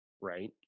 Right